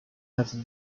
have